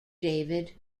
david